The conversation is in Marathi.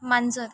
मांजर